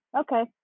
okay